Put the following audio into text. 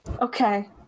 Okay